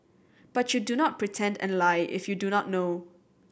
but you do not pretend and lie if you do not know